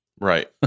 Right